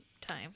time